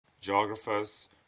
Geographers